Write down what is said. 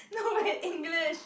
no my English